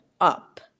up